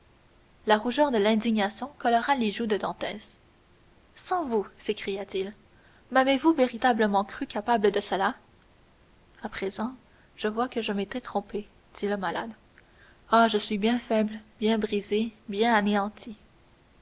la rougeur de l'indignation colora les joues de dantès sans vous s'écria-t-il m'avez-vous véritablement cru capable de cela à présent je vois que je m'étais trompé dit le malade ah je suis bien faible bien brisé bien anéanti